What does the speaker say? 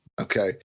Okay